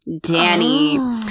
Danny